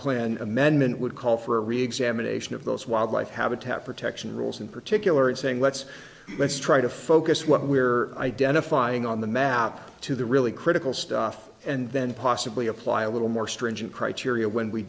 t amendment would call for a reexamination of those wildlife habitat protection rules in particular and saying let's let's try to focus what we're identifying on the map to the really critical stuff and then possibly apply a little more stringent criteria when we